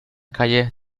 calle